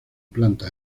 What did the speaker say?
plantas